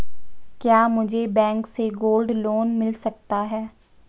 क्या मुझे बैंक से गोल्ड लोंन मिल सकता है?